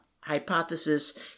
Hypothesis